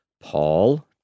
Paul